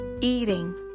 Eating